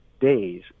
days